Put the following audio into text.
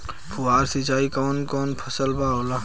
फुहार सिंचाई कवन कवन फ़सल पर होला?